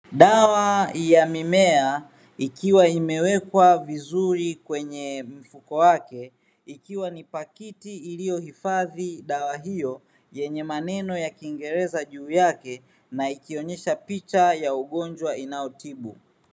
Dawa ya mimea ikiwa imewekwa vizuri kwenye mfuko wake. Ikiwa ni pakiti iliyohifadhi dawa hiyo yenye maneno ya kiingereza, juu yake ina kionyesha picha ya ugonjwa inayotibu.